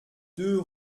deux